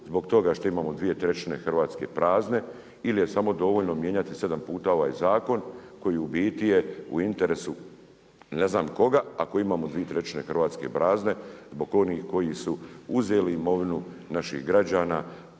zbog toga što imamo dvije trećine Hrvatske prazne ili je samo dovoljno mijenjati sedam puta ovaj zakon koji u biti je u interesu ne znam koga ako imamo dvije trećine Hrvatske prazne zbog onih koji su uzeli imovinu naših građana